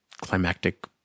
climactic